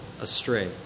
astray